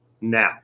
Now